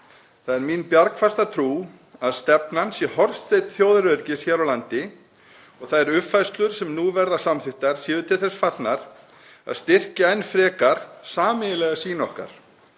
Það er mín bjargfasta trú að stefnan sé hornsteinn þjóðaröryggis hér á landi og að þær uppfærslur sem nú verða samþykktar séu til þess fallnar að styrkja enn frekar sameiginlega sýn okkar